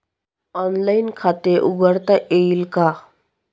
Online खाते उघडता येईल का?